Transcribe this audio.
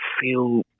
feel